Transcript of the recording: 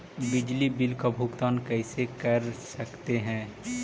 बिजली बिल का भुगतान कैसे कर सकते है?